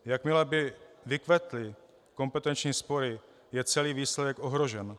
Jakmile by vykvetly kompetenční spory, je celý výsledek ohrožen.